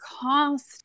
cost